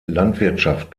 landwirtschaft